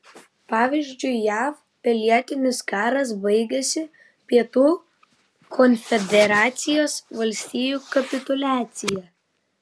pavyzdžiui jav pilietinis karas baigėsi pietų konfederacijos valstijų kapituliacija